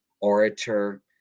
orator